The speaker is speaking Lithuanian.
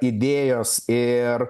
idėjos ir